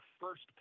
first